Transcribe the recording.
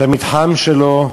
שהמתחם שלו הוא